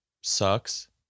sucks